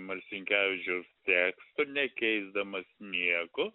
marcinkevičiaus teksto nekeisdamas nieko